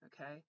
okay